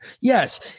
Yes